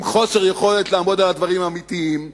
עם חוסר יכולת לעמוד על הדברים האמיתיים,